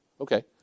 Okay